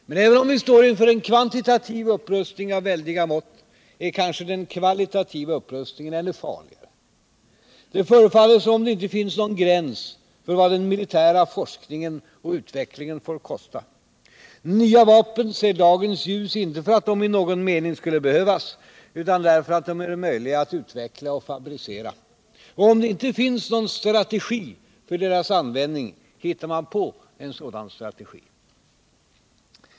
Men även om vi står inför en kvantitativ kapprustning av väldiga mått är Utrikes-, handelskanske den kvalitativa upprustningen ännu farligare. Det förefaller som om och valutapolitisk det inte finns någon gräns för vad den militära forskningen och utvecklingen — debatt får kosta. Nya vapen ser dagens ljus inte för att de i någon mening skulle behövas utan därför att de är möjliga att utveckla och fabricera. Och om det inte finns någon strategi för deras användning hittar man på en sådan strategi.